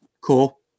cool